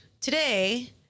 today